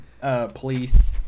police